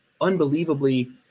unbelievably